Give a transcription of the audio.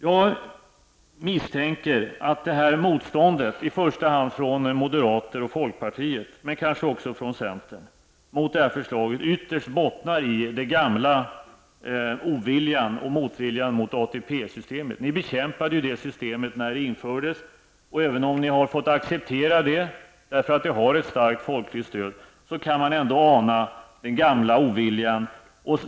Jag misstänker att detta motstånd mot förslaget från i första hand moderaterna och folkpartiet men kanske också centern ytterst bottnar i den gamla motviljan mot ATP-systemet. Ni bekämpade systemet när det infördes, och även om ni har fått acceptera det, eftersom det har ett starkt folkligt stöd, kan man ändå ana den gamla motviljan.